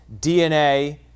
DNA